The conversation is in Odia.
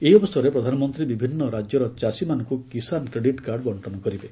ଏହି ଅବସରରେ ପ୍ରଧାନମନ୍ତ୍ରୀ ବିଭିନ୍ନ ରାଜ୍ୟର ଚାଷୀମାନଙ୍କୁ କିଷାନ କ୍ରିଡେଟ୍ କାର୍ଡ ବଣ୍ଟନ କରିବେ